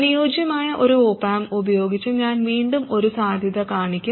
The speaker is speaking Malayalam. അനുയോജ്യമായ ഒരു ഓപ് ആമ്പ് ഉപയോഗിച്ച് ഞാൻ വീണ്ടും ഒരു സാധ്യത കാണിക്കും